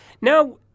Now